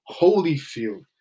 Holyfield